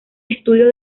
estudios